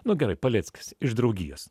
nu gerai paleckis iš draugijos